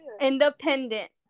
Independent